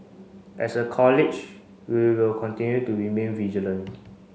as a College we will continue to remain vigilant